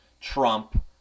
Trump